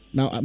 Now